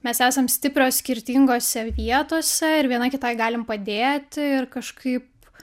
mes esam stiprios skirtingose vietose ir viena kitai galim padėti ir kažkaip